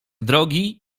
drogi